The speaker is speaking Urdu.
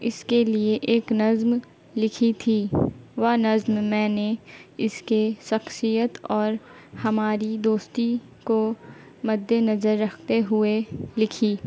اس کے لیے ایک نظم لکھی تھی وہ نظم میں نے اس کے شخصیت اور ہماری دوستی کو مد نظر رکھتے ہوئے لکھی